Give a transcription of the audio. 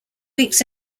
weeks